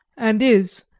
and is,